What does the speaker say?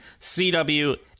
CW